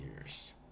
years